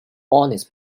honest